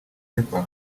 pepper